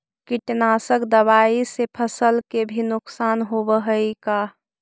कीटनाशक दबाइ से फसल के भी नुकसान होब हई का?